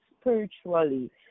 spiritually